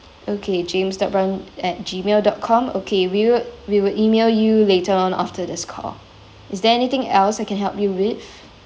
okay james dot brown at gmail dot com okay we will we will email you later on after this call is there anything else I can help you with